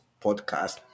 Podcast